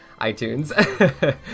iTunes